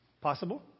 Possible